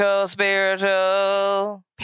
spiritual